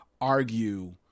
argue